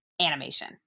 animation